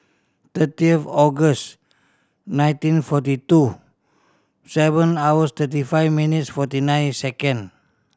thirty of August nineteen forty two seven hours thirty five minutes forty nine second